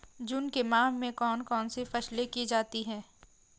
जून के माह में कौन कौन सी फसलें की जाती हैं?